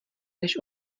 než